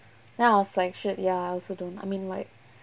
then I was like shit ya I also don't I mean like